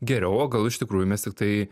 geriau o gal iš tikrųjų mes tiktai